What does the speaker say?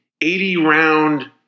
80-round